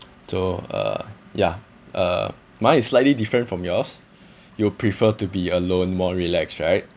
so uh yeah uh mine is slightly different from yours you prefer to be alone more relax right